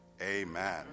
amen